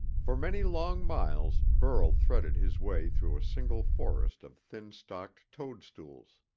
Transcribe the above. for many long miles burl threaded his way through a single forest of thin-stalked toadstools.